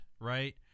right